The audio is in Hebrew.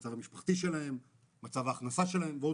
המצב המשפחתי שלהם ומצב ההכנסה שלהם.